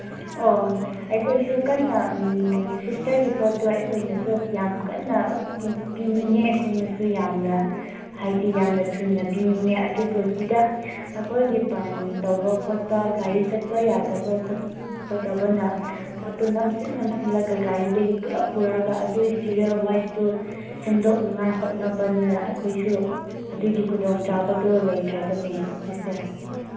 ꯑꯣ ꯑꯩꯈꯣꯏꯁꯨ ꯀꯟꯅ ꯁꯤꯁꯇꯔꯒꯤ ꯄꯣꯠꯇꯣ ꯑꯩꯈꯣꯏꯅꯁꯨ ꯌꯥꯝ ꯀꯟꯅ ꯄꯤꯅꯤꯡꯉꯦ ꯑꯩꯈꯣꯏꯅꯁꯨ ꯌꯥꯝꯅ ꯍꯥꯏꯗꯤ ꯌꯥꯝꯅ ꯊꯨꯅ ꯄꯤꯅꯤꯡꯉꯦ ꯑꯗꯨꯕꯨ ꯁꯤꯗ ꯑꯩꯈꯣꯏꯒꯤ ꯕꯟ ꯇꯧꯕ ꯈꯣꯠꯄ ꯒꯥꯔꯤ ꯆꯠꯄ ꯌꯥꯗꯕ ꯈꯣꯠꯄꯗꯕꯅ ꯄꯣꯠꯇꯣ ꯅꯝꯁꯤꯟ ꯅꯝꯁꯤꯜꯂꯒ ꯒꯥꯔꯤꯗꯒꯤ ꯄꯨꯂꯞ ꯄꯨꯔꯛꯑꯒ ꯑꯗꯨꯒꯤ ꯁꯤꯔꯦꯜ ꯋꯥꯏꯁꯇꯨ ꯁꯦꯝꯗꯣꯛꯅꯤꯉꯥꯏ ꯍꯣꯠꯅꯕꯅ ꯑꯩꯈꯣꯏꯁꯨ ꯑꯗꯨꯒꯤ ꯈꯨꯗꯣꯡꯆꯥꯕꯗꯨ ꯂꯩꯇ꯭ꯔꯕꯅꯤ ꯁꯤꯁꯇꯔ